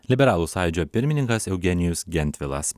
liberalų sąjūdžio pirmininkas eugenijus gentvilas